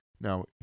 Now